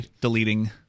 deleting